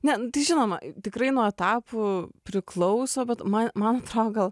ne žinoma tikrai nuo etapų priklauso bet man man gal